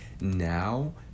now